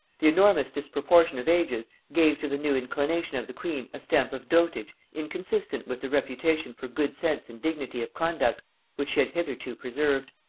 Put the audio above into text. the enormous disproportion of ages gave to the new inclination of the queen a stamp of dotage inconsistent with the reputation for good sense and dignity of conduct which she had hitherto preserved.